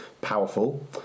powerful